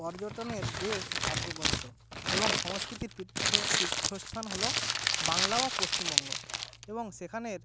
পর্যটনের দেশ ভারতবর্ষ এবং সংস্কৃতির পীঠস্থান হলো বাংলা বা পশ্চিমবঙ্গ এবং সেখানের